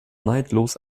neidlos